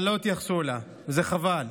אבל לא התייחסו אליה, וזה חבל.